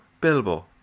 Bilbo